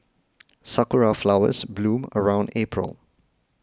sakura flowers bloom around April